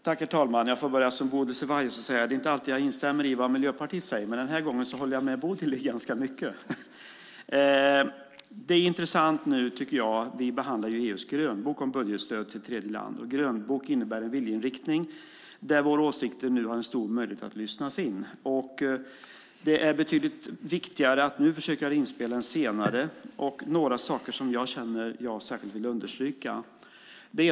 Herr talman! Jag får börja som Bodil Ceballos och säga: Det är inte alltid jag instämmer i vad Miljöpartiet säger, men den här gången håller jag med Bodil i ganska mycket. Vi behandlar nu EU:s grönbok om budgetstöd till tredjeland. Grönbok innebär en viljeinriktning, där våra åsikter nu har stor möjlighet att lyssnas in. Det är mycket viktigare att försöka göra inspel nu än senare. Jag har några saker som jag känner att jag särskilt vill understryka.